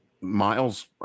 Miles